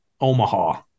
Omaha